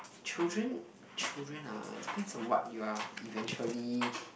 children children ah it depends on what you are eventually